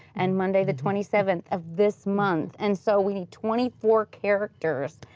and monday the twenty seventh of this month. and so we need twenty four characters,